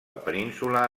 península